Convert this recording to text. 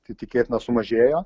tai tikėtina sumažėjo